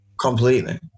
Completely